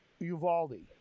uvaldi